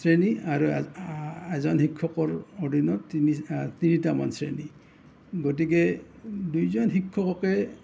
শ্ৰেণীৰ আৰু এজন শিক্ষকৰ অধীনত তিনি তিনিটামান শ্ৰেণী গতিকে দুইজন শিক্ষককে